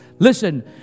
Listen